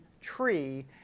tree